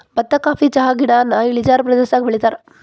ಬತ್ತಾ ಕಾಫಿ ಚಹಾಗಿಡಾನ ಇಳಿಜಾರ ಪ್ರದೇಶದಾಗ ಬೆಳಿತಾರ